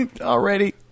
Already